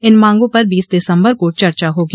इन मांगों पर बीस दिसम्बर को चर्चा होगी